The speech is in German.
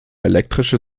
elektrische